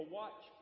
watch